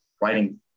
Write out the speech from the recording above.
writing